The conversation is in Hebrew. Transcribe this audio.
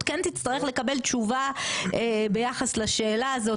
כן תצטרך לקבל תשובה ביחס לשאלה הזאת,